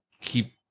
keep